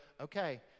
okay